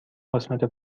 قسمت